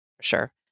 Sure